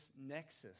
nexus